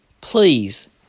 please